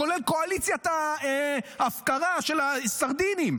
כולל קואליציית הפקרה של הסרדינים,